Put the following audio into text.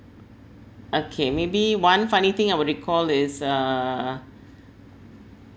okay maybe one funny thing I would recall is uh